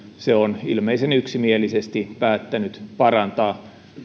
se on ilmeisen yksimielisesti päättänyt parantaa